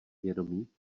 vědomí